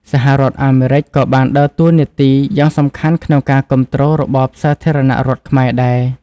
សហរដ្ឋអាមេរិក ក៏បានដើរតួនាទីយ៉ាងសំខាន់ក្នុងការគាំទ្ររបបសាធារណរដ្ឋខ្មែរដែរ។